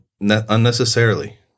unnecessarily